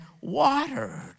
watered